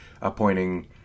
appointing